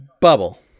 Bubble